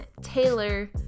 Taylor